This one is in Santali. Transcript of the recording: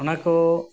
ᱚᱱᱟᱠᱚ